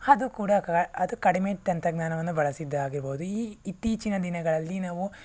ಅದು ಕೂಡ ಕ ಅದು ಕಡಿಮೆ ತಂತ್ರಜ್ಞಾನವನ್ನು ಬಳಸಿದ್ದಾಗಿರಬಹುದು ಈ ಇತ್ತೀಚಿನ ದಿನಗಳಲ್ಲಿ ನಾವು